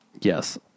Yes